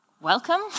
Welcome